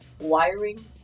wiring